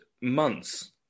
months